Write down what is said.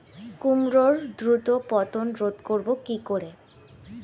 কুমড়োর দ্রুত পতন রোধ করব কি করে?